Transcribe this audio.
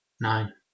nine